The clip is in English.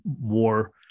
more